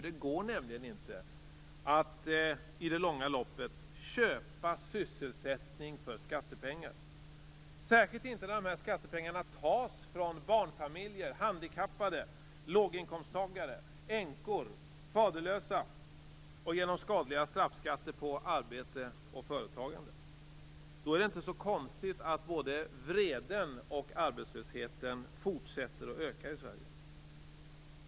Det går nämligen inte att i det långa loppet köpa sysselsättning för skattepengar, särskilt inte när dessa skattepengar tas från barnfamiljer, handikappade, låginkomsttagare, änkor, faderlösa och genom skadliga straffskatter på arbete och företagande. Då är det inte så konstigt att både vreden och arbetslösheten fortsätter att öka i Sverige. Fru talman!